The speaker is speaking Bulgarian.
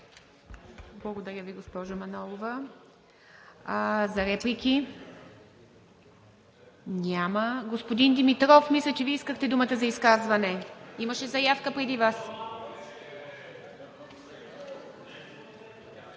Благодаря Ви, госпожо Манолова. Реплики? Няма. Господин Димитров, мисля, че Вие искахте думата за изказване. Имаше заявка преди Вас.